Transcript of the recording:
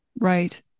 right